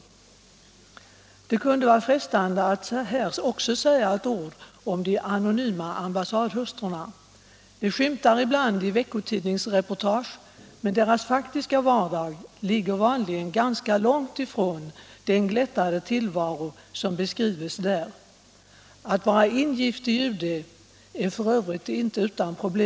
4 maj 1977 Det kunde vara frestande att här också säga några ord om de anonyma ambassadhustrurna. De skymtar ibland i veckotidningsreportage, men = Internationellt deras faktiska vardag ligger vanligen ganska långt ifrån den glättade till — utvecklingssamarvaro som beskrivs där. Att vara ingift i UD är f. ö. inte utan problem.